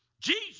Jesus